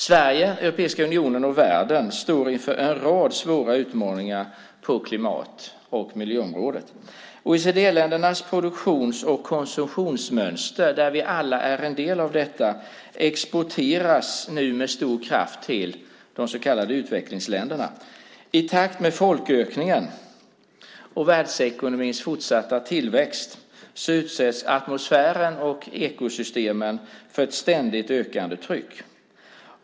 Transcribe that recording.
Sverige, Europeiska unionen och världen står inför en rad svåra utmaningar på klimat och miljöområdet. OECD-ländernas produktions och konsumtionsmönster som vi alla är en del av exporteras nu med stor kraft till de så kallade utvecklingsländerna. I takt med folkökningen och världsekonomins fortsatta tillväxt utsätts atmosfären och ekosystemen för ett ständigt ökande tryck.